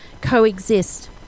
coexist